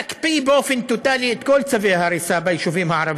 להקפיא באופן טוטלי את כל צווי ההריסה ביישובים הערביים,